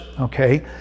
okay